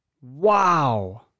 Wow